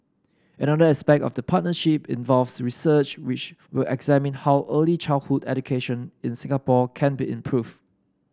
another aspect of the partnership involves research which will examine how early childhood education in Singapore can be improved